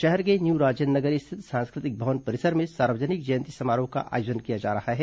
शहर के न्यू राजेन्द्र नगर स्थित सांस्कृतिक भवन परिसर में सार्वजनिक जयंती समारोह का आयोजन किया जा रहा है